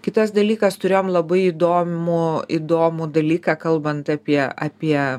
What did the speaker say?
kitas dalykas turėjom labai įdomų įdomų dalyką kalbant apie apie